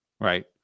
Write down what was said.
Right